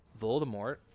Voldemort